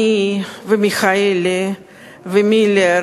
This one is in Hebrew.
אני, מיכאלי ומילר